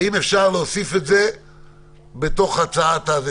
האם אפשר להוסיף את זה בתוך הצעת החוק?